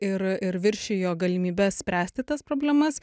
ir ir viršijo galimybes spręsti tas problemas